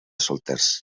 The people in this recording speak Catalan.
solters